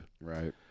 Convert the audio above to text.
Right